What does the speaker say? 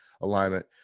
alignment